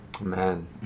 Man